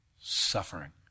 suffering